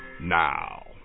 now